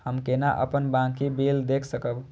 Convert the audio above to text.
हम केना अपन बाँकी बिल देख सकब?